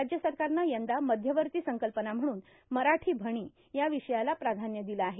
राज्य सरकारनं यंदा मध्यवर्ती संकल्पना म्हणून मराठी म्हणी या विषयाला प्राधान्य दिलं आहे